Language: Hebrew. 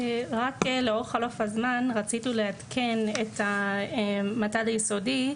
לאור חלוף הזמן רצינו לעדכן את המדד היסודי,